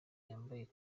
yambaye